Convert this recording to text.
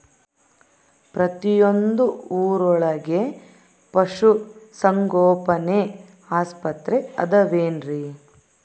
ಪ್ರತಿಯೊಂದು ಊರೊಳಗೆ ಪಶುಸಂಗೋಪನೆ ಆಸ್ಪತ್ರೆ ಅದವೇನ್ರಿ?